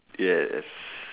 yes